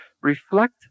reflect